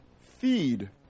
feed